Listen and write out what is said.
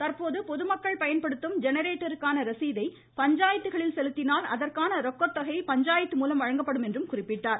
தற்போது பொதுமக்கள் பயன்படுத்தும் ஜெனரேட்டருக்கான ரசீதை பஞ்சாயத்துக்களில் செலுத்தினால் அதற்கான ரொக்கத்தொகை பஞ்சாயத்து மூலம் வழங்கப்படும் என்று குறிப்பிட்டார்